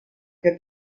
che